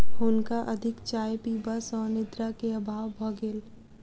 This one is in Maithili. हुनका अधिक चाय पीबा सॅ निद्रा के अभाव भ गेल